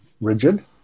rigid